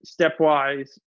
stepwise